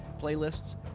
playlists